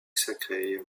sacrée